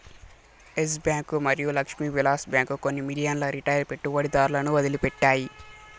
yes Bank మరియు Lakshmi Vilas Bank కొన్ని మిలియన్ల రిటైల్ పెట్టుబడిదారులను వదిలిపెట్టాయి